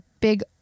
big